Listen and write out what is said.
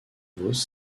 vos